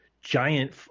Giant